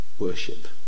worship